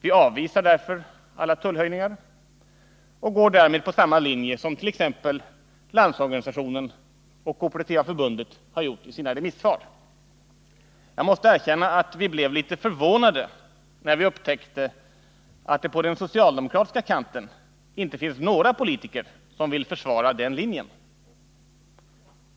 Vi avvisar därför alla tullhöjningar och går därmed på samma linje som t.ex. Landsorganisationen och Kooperativa förbundet gjorde i sina remissvar. Jag måste erkänna att vi blev litet förvånade, när vi upptäckte att det på den socialdemokratiska kanten inte finns några politiker s6m vill försvara den linjen.